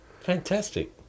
Fantastic